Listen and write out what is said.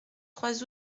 trois